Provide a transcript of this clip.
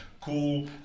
cool